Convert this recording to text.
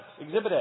Exhibit